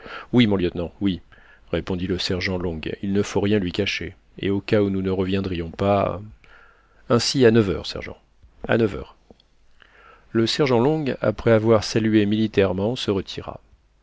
oui mon lieutenant oui répondit le sergent long il ne faut rien lui cacher et au cas où nous ne reviendrions pas ainsi à neuf heures sergent à neuf heures le sergent long après avoir salué militairement se retira